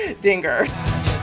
Dinger